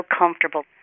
comfortable